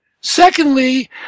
Secondly